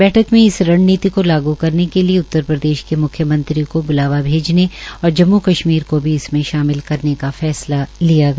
बैठक में इस रणनीति को लागू करने के लिए उतर प्रदेश के म्ख्यमंत्री को ब्लावा भेजने और जम्म् कश्मीर को इसमें शामिल करने का फैसला लिया गया